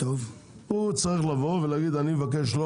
הוא צריך לבוא ולהגיד אני מבקש שלא